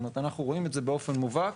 אנחנו רואים את זה באופן מובהק.